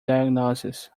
diagnosis